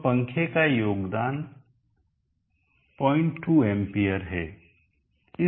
तो पंखे का योगदान 02 एंपियर है